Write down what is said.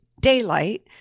daylight